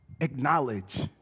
Acknowledge